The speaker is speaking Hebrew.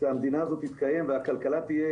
שהמדינה הזאת תתקיים והכלכלה תהיה